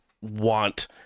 want